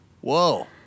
whoa